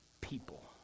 people